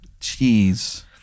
Jeez